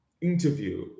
interview